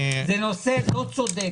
זה נושא לא צודק.